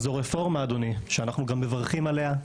זו רפורמה, אדוני, שאנחנו גם מברכים עליה,